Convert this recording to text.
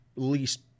least